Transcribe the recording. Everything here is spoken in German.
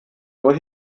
nur